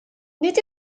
nid